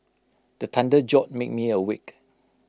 the thunder jolt me me awake